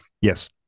Yes